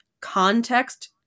context